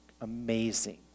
amazing